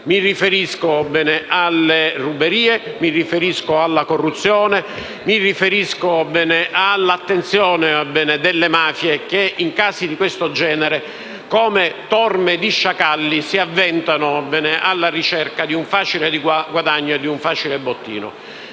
Mi riferisco alle ruberie, alla corruzione, all'attenzione delle mafie che, in casi di questo genere, come torme di sciacalli si avventano alla ricerca di un facile guadagno e di un facile bottino.